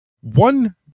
One